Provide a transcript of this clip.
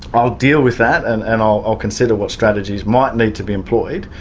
i'll deal with that and and i'll i'll consider what strategies might need to be employed.